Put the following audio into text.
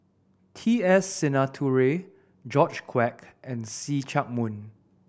T S Sinnathuray George Quek and See Chak Mun